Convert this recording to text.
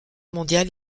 mondiale